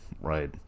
right